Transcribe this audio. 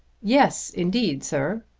yes, indeed, sir.